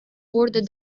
wurde